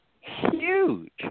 huge